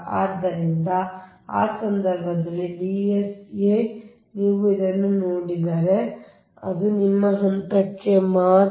ಆದ್ದರಿಂದ ಆ ಸಂದರ್ಭದಲ್ಲಿ D sa ನೀವು ಇದನ್ನು ನೋಡಿದರೆ ಅದು ನಿಮ್ಮ ಹಂತಕ್ಕೆ ಮಾತ್ರ